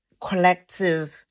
collective